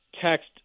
text